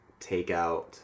takeout